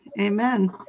Amen